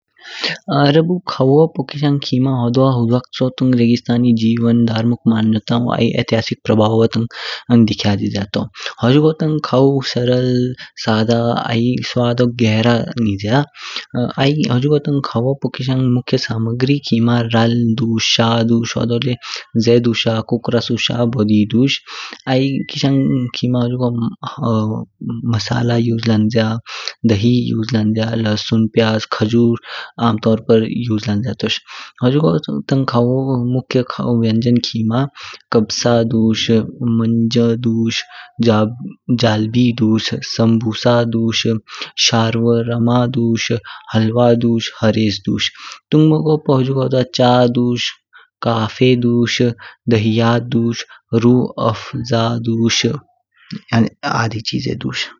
अरबू खाऊ पू किशांग खीमा हुदव हुड़वाचू तांग रेगिस्तानी जीवन, धार्मिक मन्यतियों आई एतिहासिक प्रभावों तांग दिखायागिग्य तु। हूजगो तांग खाऊ सरल, सादा आई स्वादो गहरा निज्य। आई हूजगो तांग खाऊओ पू मुख्य सामग्री खीमा राल दुष, शा दुष होदो ल्यी जेधु शा कुकर्सु शा बोदी दुष। आई किशांग खीमा हूजगो मसाला उसे लांग्या, दही उसे लांग्या, लहसुन, प्याज, खजुर आम तोर पर उसे लंज्य तोश। हूजगो तांग खाओ मुख्य व्यंजन खीमा कबसा दुष, मंचर दुष, जा। जलबी दुष, संभवसा दुष, शारोवर्मा दुष, हल्वा दुष, हरेज्ज दुष। तुंगमोगो फ हूजगो द्वा चा दुष, कैफ़ी दुष, दहिया दुष, रौपज़ा दुष आई आधी चीज़े दुष।